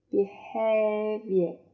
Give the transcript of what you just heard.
Behavior